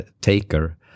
taker